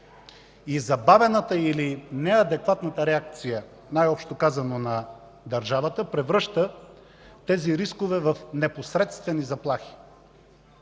и забавената или неадекватната реакция, най-общо казано, на държавата превръща тези рискове в непосредствени заплахи.